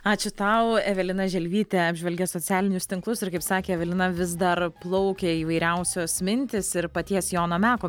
ačiū tau evelina želvytė apžvelgė socialinius tinklus ir kaip sakė evelina vis dar plaukia įvairiausios mintys ir paties jono meko